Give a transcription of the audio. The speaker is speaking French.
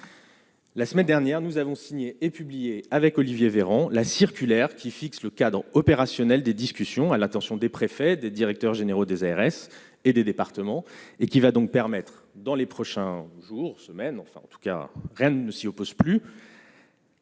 La semaine dernière, nous avons signé et publié, avec Olivier Véran la circulaire qui fixe le cadre opérationnel des discussions à l'attention des préfets, des directeurs généraux des ARS et des départements et qui va donc permettre dans les prochains jours, semaine, enfin en tout cas, Rennes ne s'y oppose plus.